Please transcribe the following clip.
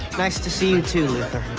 nice to see you too, luther.